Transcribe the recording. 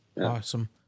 Awesome